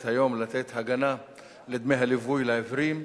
היום לתת הגנה לדמי הליווי לעיוורים,